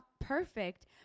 perfect